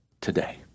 today